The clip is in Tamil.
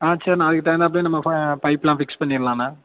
ஆ சரிண்ணா அதுக்கு தகுந்தாப்பிலே நம்ம பைப்புலாம் ஃபிக்ஸ் பண்ணிடலாண்ணா